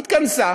התכנסה,